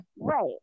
right